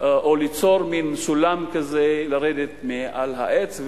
או ליצור מין סולם כזה לרדת מן העץ,